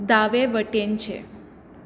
दावे वटेनचें